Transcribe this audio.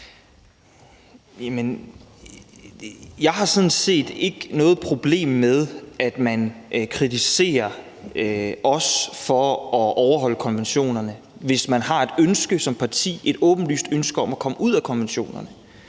Jeg har sådan set ikke noget problem med, at man kritiserer os for at overholde konventionerne. Man kan som parti have et åbenlyst ønske om at træde ud af konventionerne.